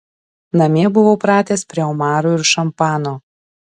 namie buvau pratęs prie omarų ir šampano